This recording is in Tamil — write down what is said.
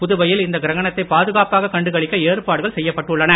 புதுவையில் இந்த கிரகணத்தை பாதுகாப்பாக கண்டு களிக்க ஏற்பாடு செய்யப்பட்டுள்ளது